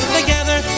Together